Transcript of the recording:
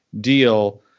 deal